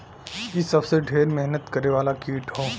इ सबसे ढेर मेहनत करे वाला कीट हौ